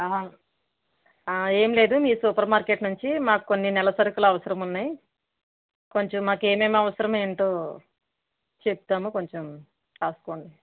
ఏం లేదు మీ సూపర్ మార్కెట్ నుంచి మాకు కొన్ని నెల సరుకులు అవసరమున్నాయి కొంచెం మాకు ఏమేం అవసరమేంటో చెప్తాము కొంచెం రాసుకోండి